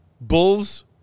Bulls